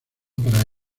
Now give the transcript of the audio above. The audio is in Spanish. para